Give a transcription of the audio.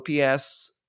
OPS